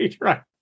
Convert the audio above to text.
right